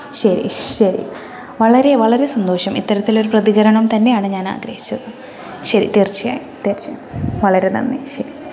ശരി ശരി വളരെ വളരെ സന്തോഷം ഇത്തരത്തിലൊരു പ്രതികരണം തന്നെയാണ് ഞാൻ ആഗ്രഹിച്ചത് ശരി തീർച്ചയായും തീർച്ചയായും വളരെ നന്ദി ശരി